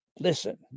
Listen